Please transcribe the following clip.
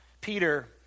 Peter